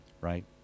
right